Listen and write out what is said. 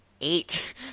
eight